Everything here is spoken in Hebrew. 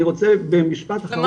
אני רוצה במשפט אחרון,